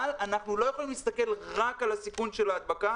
אבל אנחנו לא יכולים להסתכל רק על הסיכון של ההדבקה